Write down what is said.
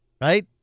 right